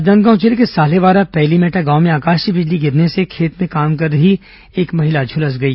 राजनांदगांव जिले के साल्हेवारा पैलीमेटा गांव में आकाशीय बिजली गिरने से खेत में काम कर रही एक महिला झुलस गई